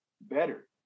better